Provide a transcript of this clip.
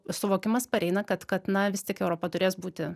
suvokimas pareina kad kad na vis tik europa turės būti